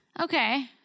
Okay